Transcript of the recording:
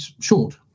short